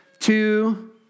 two